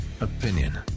opinion